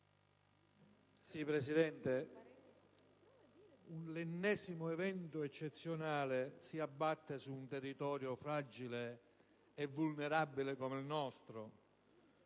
Presidente, l'ennesimo evento eccezionale si è abbattuto su un territorio fragile e vulnerabile come il nostro.